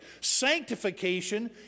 sanctification